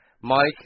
Mike